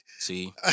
See